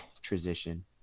transition